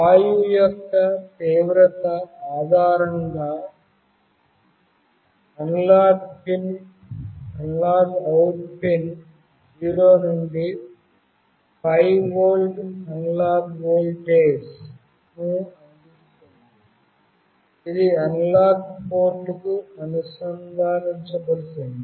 వాయువు యొక్క తీవ్రత ఆధారంగా అనలాగ్ అవుట్ పిన్ 0 నుండి 5 వోల్ట్ అనలాగ్ వోల్టేజ్ను అందిస్తుంది ఇది అనలాగ్ పోర్ట్కు అనుసంధానించబడుతుంది